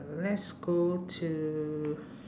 uh let's go to